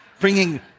bringing